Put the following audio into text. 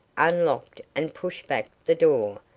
unlocked and pushed back the door,